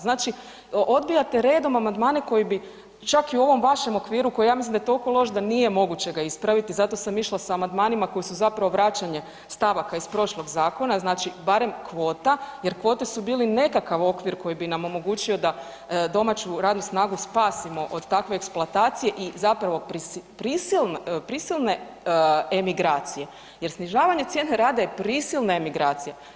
Znači odbijate redom amandmane koji bi čak i u ovom vašem okviru koji ja mislim da je toliko loš da nije moguće ga ispraviti zato sam išla s amandmanima koji su zapravo vraćanje stavaka iz prošlog zakona, znači barem kvota, jer kvote su bile nekakav okvir koji bi nam omogućio da domaću radnu snagu spasimo od takve eksploatacije i zapravo prisilne emigracije, jer snižavanje cijene rada je prisilna emigracija.